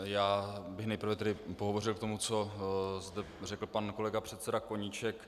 Já bych nejprve pohovořil k tomu, co zde řekl pan kolega, předseda Koníček.